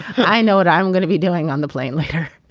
i know what i'm gonna be doing on the plane later